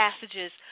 passages